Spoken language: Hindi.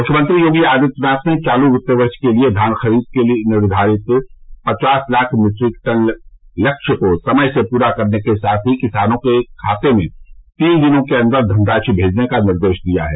मुख्यमंत्री योगी आदित्यनाथ ने चालू वित्त वर्ष के लिये धान खरीद के निर्धारित पचास लाख मीट्रिक टन लक्ष्य को समय से पूरा करने के साथ किसानों के खाते में तीन दिनों के अन्दर धनराशि भेजने के निर्देश दिये हैं